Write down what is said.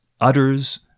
utters